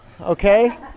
Okay